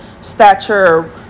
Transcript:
stature